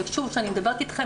ושוב כשאני מדברת אתכם,